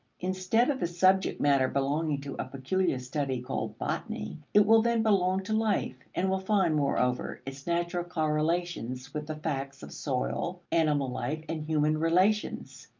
instead of the subject matter belonging to a peculiar study called botany, it will then belong to life, and will find, moreover, its natural correlations with the facts of soil, animal life, and human relations.